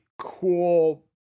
cool